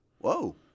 Whoa